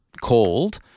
called